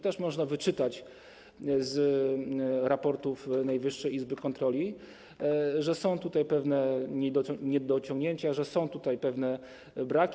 Też można wyczytać z raportów Najwyższej Izby Kontroli, że są tutaj pewne niedociągnięcia, że są tutaj pewne braki.